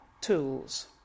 tools